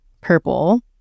purple